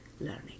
learning